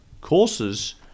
courses